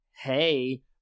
hey